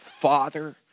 father